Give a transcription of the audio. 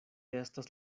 estas